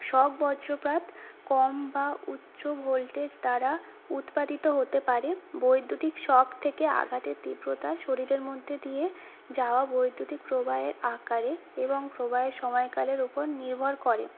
শক বজ্রপাত কম বা উচ্চ ভোল্টেজ দ্বারা উৎপাদিত হতে পারে বৈদ্যুতিক শক থেকে আঘাতের তীব্রতা শরীরের মধ্যে দিয়ে যাওয়া বৈদ্যুতিক প্রবাহের আকারে এবং প্রবাহের সময়কালের উপর নির্ভর করে